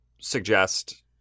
suggest